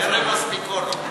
טרם הספיקונו.